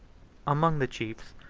among the chiefs,